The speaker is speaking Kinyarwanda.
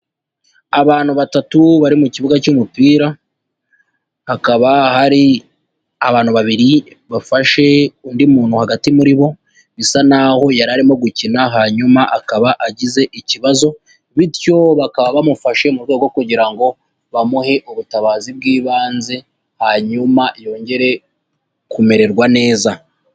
Abantu batatu bari mu kibuga cy'umupira, hakaba hari abantu babiri, bafashe undi muntu hagati muri bo, bisa naho yari arimo gukina, hanyuma akaba agize ikibazo, bityo bakaba bamufashe mu rwego rwo kugira ngo, bamuhe ubutabazi bw'ibanze, hanyuma yongere kumererwa neza.